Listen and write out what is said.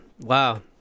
Wow